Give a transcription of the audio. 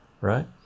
right